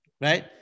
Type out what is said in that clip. right